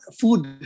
food